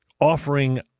offering